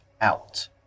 out